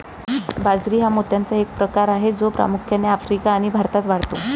बाजरी हा मोत्याचा एक प्रकार आहे जो प्रामुख्याने आफ्रिका आणि भारतात वाढतो